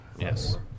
Yes